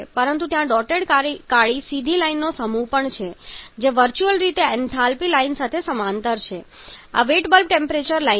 પરંતુ ત્યાં ડોટેડ કાળી સીધી લાઈનનો સમૂહ પણ છે જે વર્ચ્યુઅલ રીતે એન્થાલ્પી લાઈન સાથે સમાંતર છે આ વેટ બલ્બ ટેમ્પરેચર લાઈન છે